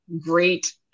great